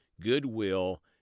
goodwill